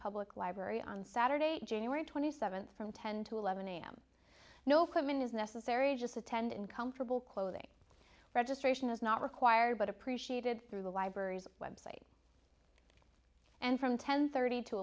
public library on saturday january twenty seventh from ten to eleven am no equipment is necessary just attend in comfortable clothing registration is not required but appreciated through the library's website and from ten thirty t